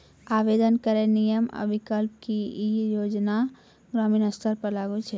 आवेदन करैक नियम आ विकल्प? की ई योजना ग्रामीण स्तर पर लागू छै?